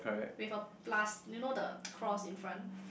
with a plus you know the cross in front